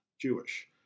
Jewish